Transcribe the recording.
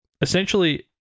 essentially